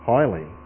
Highly